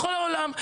בכל העולם.